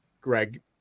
Greg